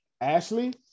Ashley